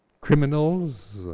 criminals